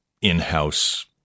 in-house